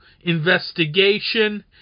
investigation